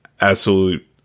absolute